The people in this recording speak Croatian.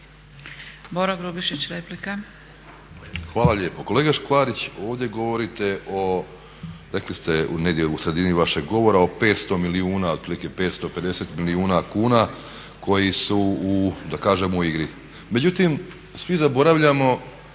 Boro Grubišić, replika.